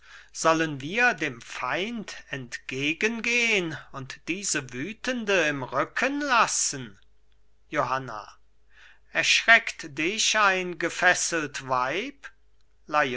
sollen wir dem feind entgegengehn und diese wütende im rücken lassen johanna erschreckt dich ein gefesselt weib